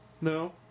No